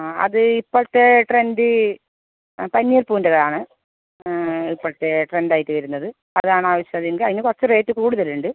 അത് ഇപ്പോളത്തെ ട്രെൻഡ് പനീർ പൂവിന്റേതയാണ് ഇപ്പോഴത്തെ ട്രെൻഡ് ആയിട്ട് വരുന്നത് അതാണാവശ്യം അതെങ്കിൽ അതിന് കുറച്ച് റേറ്റ് കൂടുതലുണ്ട്